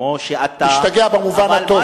כמו שאתה, להשתגע במובן הטוב.